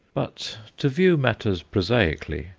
but, to view matters prosaically,